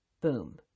Boom